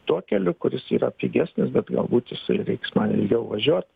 tuo keliu kuris yra pigesnis bet galbūt jisai reiks man ilgiau važiuoti